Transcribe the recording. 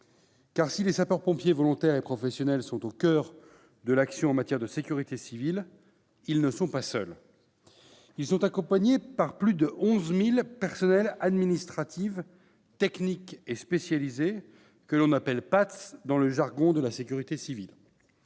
Car si les sapeurs-pompiers volontaires et professionnels sont au coeur de l'action en matière de sécurité civile, ils ne sont pas seuls ! Ils sont accompagnés de plus de 11 000 personnels administratifs, techniques et spécialisés, les « PATS » dans le jargon de la sécurité civile,